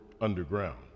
underground